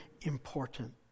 important